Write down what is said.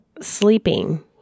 sleeping